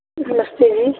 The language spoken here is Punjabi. ਨਮਸਤੇ ਜੀ